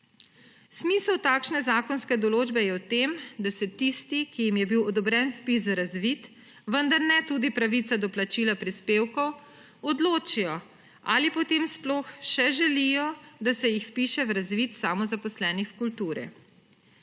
Smisel takšne zakonske določbe je v tem, da se tisti, ki jim je bil odobren vpis v razvid, vendar ne tudi pravica do plačila prispevkov, odločijo, ali potem sploh še želijo, da se jih vpiše v razvid samozaposlenih v kulturi.